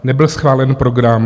Nebyl schválen program.